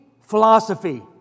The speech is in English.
philosophy